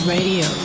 Radio